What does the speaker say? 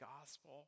gospel